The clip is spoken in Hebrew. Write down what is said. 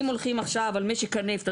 אם הולכים עכשיו על משק הנפט.